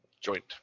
Joint